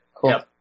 Cool